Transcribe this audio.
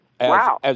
Wow